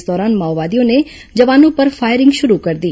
इस दौरान माओवादियों ने जवानों पर फायरिंग शुरू कर दी